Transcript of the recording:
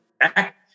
act